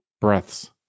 breaths